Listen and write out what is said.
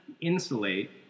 insulate